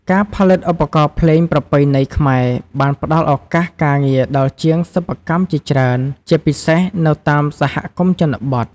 ការផលិតឧបករណ៍ភ្លេងប្រពៃណីខ្មែរ បានផ្តល់ឱកាសការងារដល់ជាងសិប្បកម្មជាច្រើន ជាពិសេសនៅតាមសហគមន៍ជនបទ។